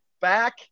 back